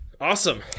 awesome